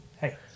Hey